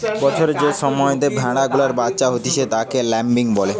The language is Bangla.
বছরের যে সময়তে ভেড়া গুলার বাচ্চা হতিছে তাকে ল্যাম্বিং বলে